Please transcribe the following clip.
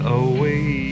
away